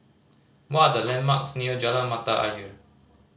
what are the landmarks near Jalan Mata Ayer